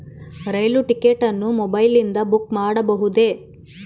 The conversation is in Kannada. ರೈಲು ಟಿಕೆಟ್ ಅನ್ನು ಮೊಬೈಲಿಂದ ಬುಕ್ ಮಾಡಬಹುದೆ?